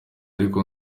ariko